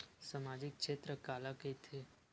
सामजिक क्षेत्र काला कइथे?